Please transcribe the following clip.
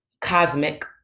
cosmic